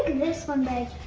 this one.